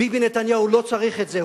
ביבי נתניהו לא צריך את זה,